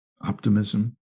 optimism